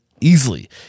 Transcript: easily